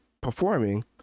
performing